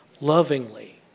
lovingly